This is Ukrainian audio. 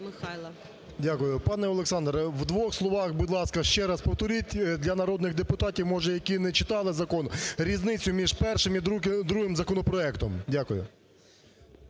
Дякую. Пане Олександр, в двох словах, будь ласка, ще раз повторіть для народних депутатів, може, які не читали закон, різницю між першим і другим законопроектом. Дякую.